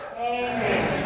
Amen